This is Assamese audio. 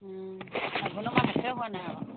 আঘােণৰ মাহ শেষে হোৱা নাই আৰু